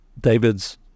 David's